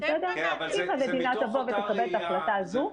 אתם קבעתם --- אם המדינה תבוא ותקבל את ההחלטה הזו,